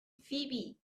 فیبی